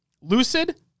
Lucid